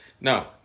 No